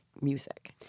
music